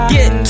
Get